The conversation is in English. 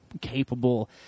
capable